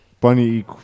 bunny